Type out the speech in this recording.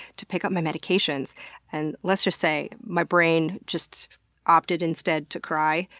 to pick up my medications and let's just say my brain just opted instead to cry.